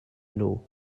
nhw